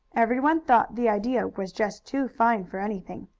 everyone thought the idea was just too fine for anything.